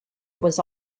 was